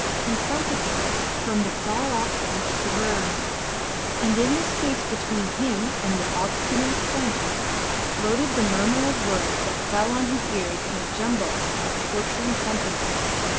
confronted him from the far-off end of the verandah and in the space between him and the obstinate phantom floated the murmur of words that fell on his ears in a jumble of torturing sentences,